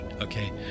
okay